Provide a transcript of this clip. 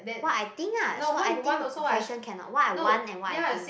what I think ah so I think fashion cannot what I want and what I think